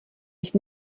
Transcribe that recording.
ich